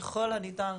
ככל הניתן,